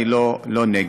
אני לא נגד.